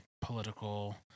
political